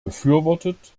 befürwortet